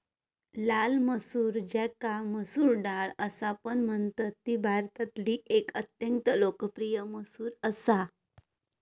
लाल मसूर ज्याका मसूर डाळ असापण म्हणतत ती भारतातील एक अत्यंत लोकप्रिय मसूर असा